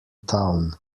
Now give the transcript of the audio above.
town